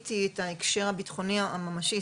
ראיתי את ההקשר הביטחוני הממשי.